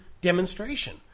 demonstration